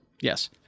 Yes